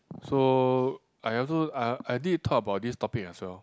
so I also I I need talk about this topic as well